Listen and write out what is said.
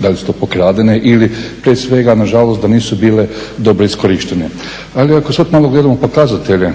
da li su pokradene ili prije svega nažalost da nisu bile dobro iskorištene. Ali ako sad malo gledamo pokazatelje